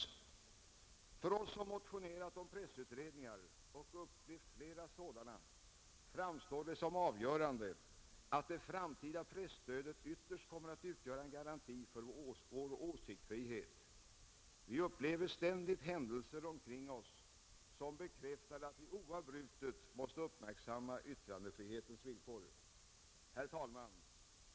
För oss som motionerat om pressutredningar och upplevt flera sådana framstår det som avgörande att det framtida presstödet ytterst kommer att utgöra en garanti för vår åsiktsfrihet. Vi upplever ständigt händelser omkring oss som bekräftar att vi oavbrutet måste uppmärksamma yttrandefrihetens villkor. Herr talman!